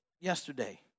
yesterday